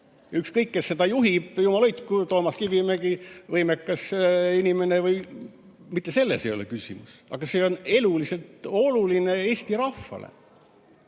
Ükskõik, kes seda juhib, jumal hoidku, Toomas Kivimägi, võimekas inimene. Mitte juhis ei ole küsimus. See teema on eluliselt oluline Eesti rahvale.